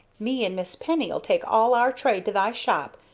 me and miss penny ll take all our trade to thy shop,